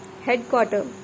Headquarter